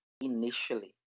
initially